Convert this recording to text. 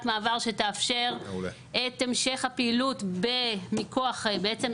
מעבר שתאפשר את המשך הפעילות מכוח בעצם,